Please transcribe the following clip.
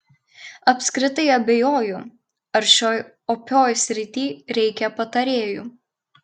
apskritai abejoju ar šioj opioj srity reikia patarėjų